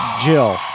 Jill